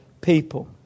people